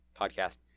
Podcast